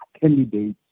candidates